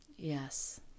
Yes